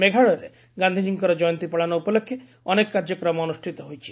ମେଘାଳୟରେ ଗାନ୍ଧିଜୀଙ୍କର ଜୟନ୍ତୀ ପାଳନ ଉପଲକ୍ଷେ ଅନେକ କାର୍ଯ୍ୟକ୍ରମ ଅନୁଷ୍ଠିତ ହୋଇଛି